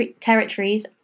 territories